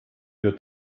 wir